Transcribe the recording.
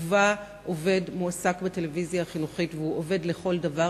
ובה עובד מועסק בטלוויזיה החינוכית והוא עובד לכל דבר,